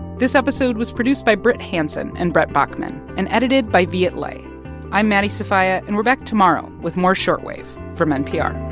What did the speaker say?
this episode was produced by brit hanson and brent baughman and edited by viet le i'm maddie sofia, and we're back tomorrow with more short wave from npr